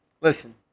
Listen